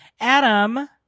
Adam